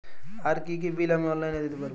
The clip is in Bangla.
আর কি কি বিল আমি অনলাইনে দিতে পারবো?